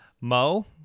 Mo